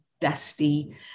dusty